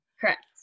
correct